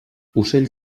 ocell